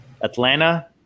Atlanta